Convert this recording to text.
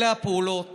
אלה הפעולות